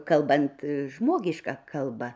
kalbant žmogiška kalba